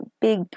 big